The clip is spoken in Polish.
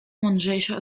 mądrzejsze